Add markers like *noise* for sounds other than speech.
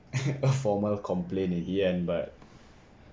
*laughs* a former complain again but